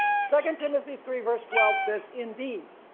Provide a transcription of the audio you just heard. second timothy three verse twelve says indeed,